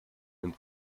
and